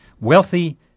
Wealthy